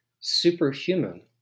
Superhuman